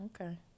okay